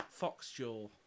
Foxjaw